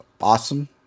awesome